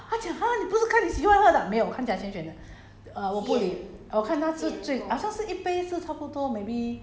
自己选的 mah 她讲你怎么选我讲看价钱选 ah 她讲 !huh! 你不是看你喜欢喝的没有我看价钱选的